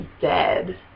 dead